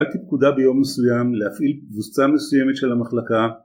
פקודה ביום מסוים להפעיל קבוצה מסוימת של המחלקה